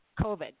COVID